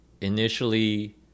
initially